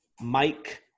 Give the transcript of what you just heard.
Mike